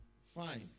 fine